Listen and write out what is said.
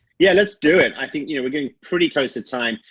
yeah, let's do it. i think, you know we're getting pretty close to time.